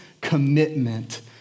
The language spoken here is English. commitment